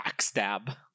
Backstab